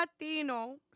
Latino